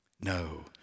No